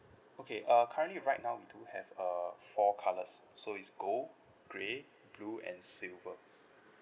okay uh currently right now we do have uh four colours so it's gold grey blue and silver